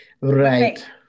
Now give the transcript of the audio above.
Right